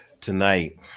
tonight